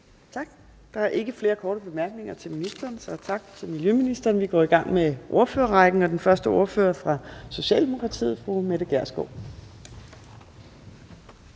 Tak. Der er ikke flere korte bemærkninger, så tak til miljøministeren. Vi går i gang med ordførerrækken, og den første ordfører er fra Socialdemokratiet. Fru Mette Gjerskov.